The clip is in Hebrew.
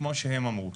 כמו שהם אמרו.